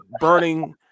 burning